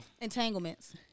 Entanglements